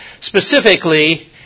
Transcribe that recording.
Specifically